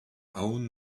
own